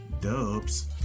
dubs